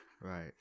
Right